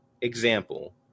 example